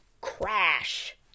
crash